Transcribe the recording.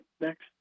next